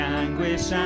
anguish